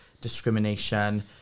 discrimination